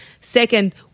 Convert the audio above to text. Second